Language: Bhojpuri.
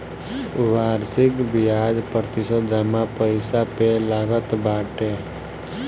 वार्षिक बियाज प्रतिशत जमा पईसा पे लागत बाटे